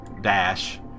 dash